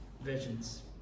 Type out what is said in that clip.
visions